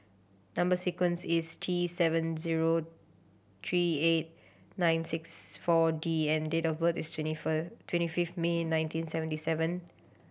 number sequence is T seven zero three eight nine six Four D and date of birth is twenty twenty fifth May nineteen seventy seven